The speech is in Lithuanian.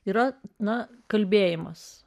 yra na kalbėjimas